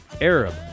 Arab